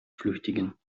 flüchtigen